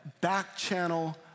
back-channel